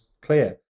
Clear